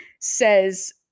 says